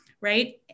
right